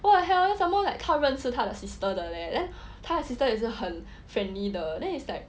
what the hell then some more like 他认识是他的 sister 的 leh then 他的 sister 也是很 friendly 的 then it's like